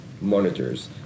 monitors